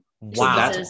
Wow